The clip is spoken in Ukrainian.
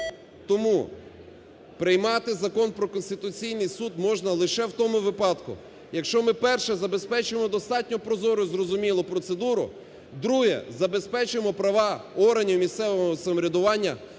Тому приймати Закон про Конституційний Суд можна лише в тому випадку, якщо ми, перше, забезпечимо достатньо прозору й зрозумілу процедуру. Друге, забезпечимо права органів місцевого самоврядування